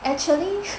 actually